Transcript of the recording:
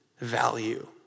value